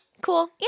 cool